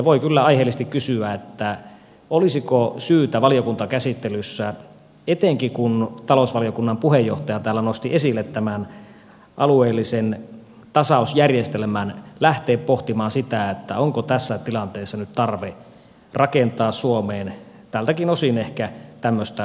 voi kyllä aiheellisesti kysyä olisiko syytä valiokuntakäsittelyssä etenkin kun talousvaliokunnan puheenjohtaja täällä nosti esille tämän alueellisen tasausjärjestelmän lähteä pohtimaan sitä onko tässä tilanteessa nyt tarve rakentaa suomeen tältäkin osin ehkä tämmöistä tasausjärjestelmää